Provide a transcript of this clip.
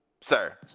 Sir